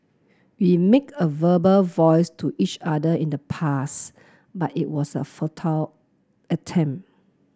we make a verbal vows to each other in the pass but it was a futile attempt